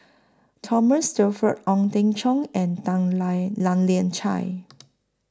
Thomas Shelford Ong Teng Cheong and Tan Lian Chye